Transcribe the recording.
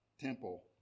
temple